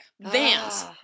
Vans